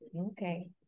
okay